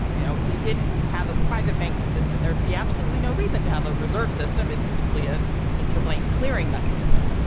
you know, if we didn't have a private banking system, there'd be absolutely no reason to have a reserve system. it's simply a interbank clearing mechanism.